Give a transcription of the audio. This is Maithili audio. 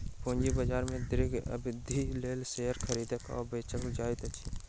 पूंजी बाजार में दीर्घ अवधिक लेल शेयर खरीदल आ बेचल जाइत अछि